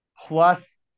plus